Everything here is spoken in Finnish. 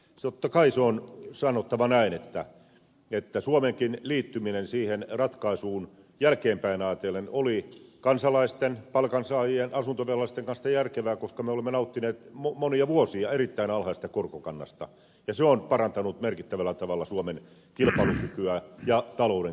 totta kai on sanottava näin että suomenkin liittyminen siihen ratkaisuun jälkeenpäin ajatellen oli kansalaisten palkansaajien asuntovelallisten kannalta järkevää koska me olemme nauttineet monia vuosia erittäin alhaisesta korkokannasta ja se on parantanut merkittävällä tavalla suomen kilpailukykyä ja talouden kasvua